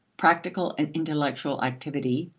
practical and intellectual activity,